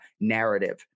narrative